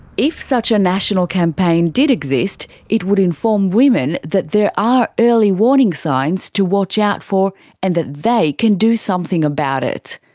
if such a national campaign did exist, it would inform women that there are early warning signs to watch out for and that they can do something about it.